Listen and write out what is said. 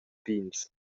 pigns